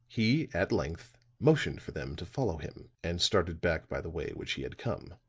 he at length motioned for them to follow him, and started back by the way which he had come.